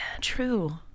true